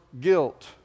guilt